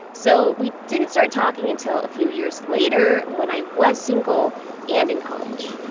so, we didn't start talking until a few years later when i was single and in college.